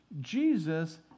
Jesus